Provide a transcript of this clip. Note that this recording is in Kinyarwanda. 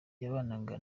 yabanaga